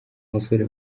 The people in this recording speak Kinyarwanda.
musore